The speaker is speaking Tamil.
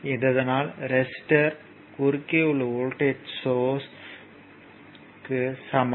இதனால் ரெசிஸ்டர்யின் குறுக்கே உள்ள வோல்ட்டேஜ் வோல்ட்டேஜ் சோர்ஸ்க்கு சமம்